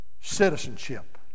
citizenship